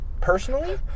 personally